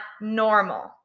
normal